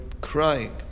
crying